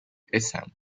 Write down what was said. isham